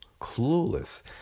clueless